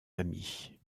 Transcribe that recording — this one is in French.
amis